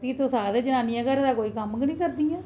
फ्ही तुस आखदे ओ के जनानियां घरै दा कोई कम्म गै नेईं करदियां